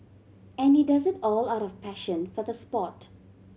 and he does it all out of passion for the sport